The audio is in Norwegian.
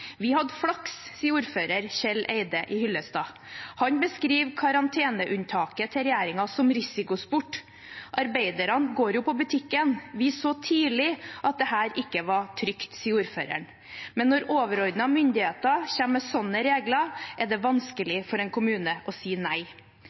Vi hadde flaks, sier ordfører Kjell Eide i Hyllestad. Han beskriver karanteneunntaket til regjeringen som risikosport. Arbeiderne går jo på butikken, vi så tidlig at dette ikke var trygt, sier ordføreren. Men når overordnede myndigheter kommer med sånne regler, er det